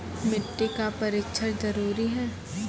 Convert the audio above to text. मिट्टी का परिक्षण जरुरी है?